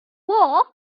war